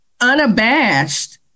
unabashed